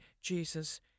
Jesus